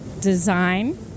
Design